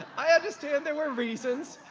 i understand there were reasons.